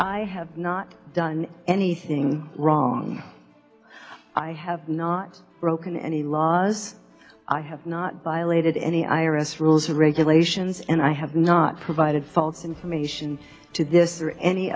i have not done anything wrong i have not broken any laws i have not violated any i r s rules or regulations and i have not provided false information to this or any